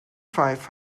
five